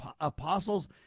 apostles